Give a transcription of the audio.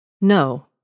No